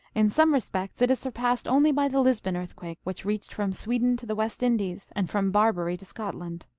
in some respects it is surpassed only by the lisbon earthquake, which reached from sweden to the west indies, and from barbary to scotland.